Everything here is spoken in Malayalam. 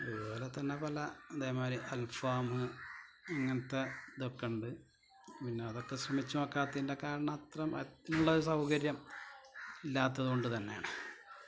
അതുപോലെതന്നെ പല ഇതേമാരി അൽഫാം അങ്ങനത്തെ ഇതൊക്കെയുണ്ട് പിന്നെ അതൊക്കെ ശ്രമിച്ചുനോക്കാത്തീന്റെ കാരണം അത്ര അതിനുള്ളൊരു സൗകര്യം ഇല്ലാത്തതുകൊണ്ട് തന്നെയാണ്